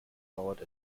dauert